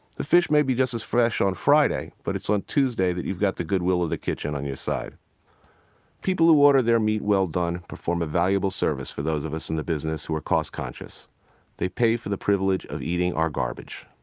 the fish may be just as fresh on friday, but it's on tuesday that you've got the good will of the kitchen on your side people who order their meat well-done perform a valuable service for those of us in the business who are cost-conscious they pay for the privilege of eating our garbage.